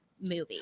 movie